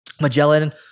Magellan